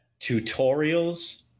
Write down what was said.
tutorials